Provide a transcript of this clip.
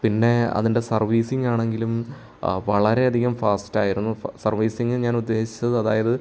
പിന്നെ അതിൻ്റെ സർവീസിംഗ് ആണെങ്കിലും വളരെയധികം ഫാസ്റ്റ് ആയിരുന്നു സർവീസിംഗ് ഞാൻ ഉദ്ദേശിച്ചത് അതായത്